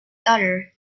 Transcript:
daughter